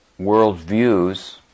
worldviews